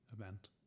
event